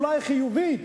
אולי חיובית.